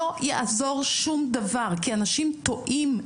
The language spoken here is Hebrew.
לא יעזור שום דבר כי אנשים טועים,